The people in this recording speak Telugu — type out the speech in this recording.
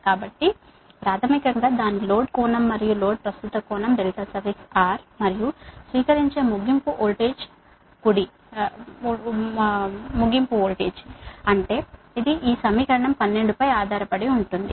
కాబట్టి ప్రాథమికంగా దాని లోడ్ కోణం మరియు లోడ్ ప్రస్తుత కోణం R మరియు స్వీకరించే ముగింపు వోల్టేజ్ కుడి అంటే ఇది ఈ సమీకరణం 12 పై ఆధారపడి ఉంటుంది